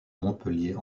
montpellier